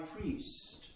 Priest